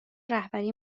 رهبری